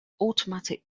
automatic